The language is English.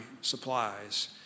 supplies